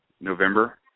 November